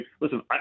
Listen